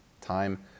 time